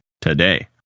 today